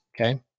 Okay